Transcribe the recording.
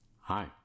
Hi